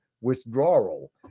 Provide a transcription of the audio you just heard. withdrawal